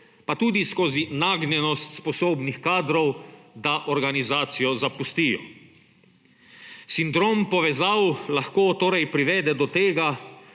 pa tudi skozi nagnjenost sposobnih kadrov, da organizacijo zapustijo. Sindrom povezav lahko torej privede do tega,